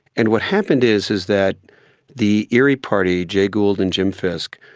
and what happened is is that the erie party, jay gould and jim fisk,